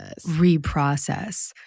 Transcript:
reprocess